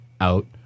out